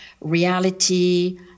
reality